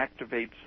activates